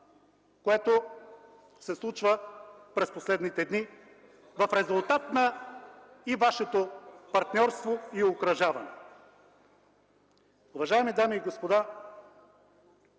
което се случва през последните дни в резултат на вашето партньорство и обкръжение. Уважаеми дами и господа,